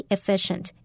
Efficient